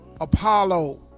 Apollo